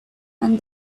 and